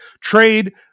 trade